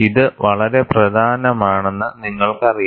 ഇതും വളരെ പ്രധാനമാണെന്ന് നിങ്ങൾക്കറിയാം